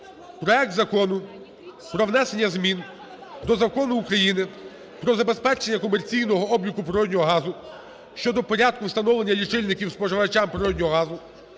проект Закону про внесення змін до Закону України "Про забезпечення комерційного обліку природного газу" щодо порядку встановлення лічильників споживачам природного газу